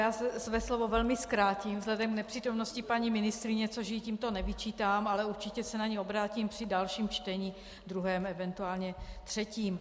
Já své slovo velmi zkrátím vzhledem k nepřítomnosti paní ministryně, což jí tímto nevyčítám, ale určitě se na ni obrátím při dalším čtení, druhém, event. třetím.